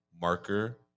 marker